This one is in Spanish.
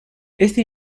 este